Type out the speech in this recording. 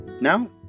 Now